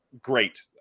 great